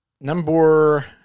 Number